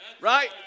right